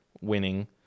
winning